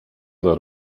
dla